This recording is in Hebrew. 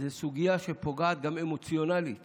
זו סוגיה שפוגעת גם אמוציונלית